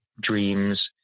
dreams